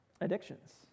addictions